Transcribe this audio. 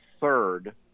third